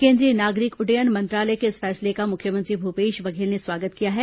केंद्रीय नागरिक उड़डयन मंत्रालय के इस फैसले का मुख्यमंत्री भूपेश बघेल ने स्वागत किया है